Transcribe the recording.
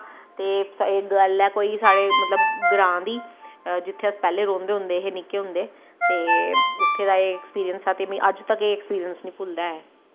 ते एह् गल्ल ऐ साढ़े ग्रांऽ दी जित्थें अस पैह्लैं रौंह्दे होंदे हे निक्के होंदे ते उत्थें दा ऐक्सपिरिंस हा ते एह् मिगी अज्ज तक नी भुलदा ऐ